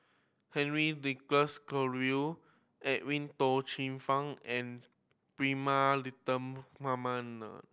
Henry Nicholas Edwin Tong Chun Fai and Prema Letchumanan